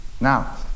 Now